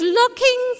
looking